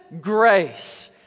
grace